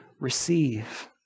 receive